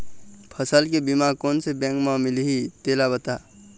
फसल के बीमा कोन से बैंक म मिलही तेला बता?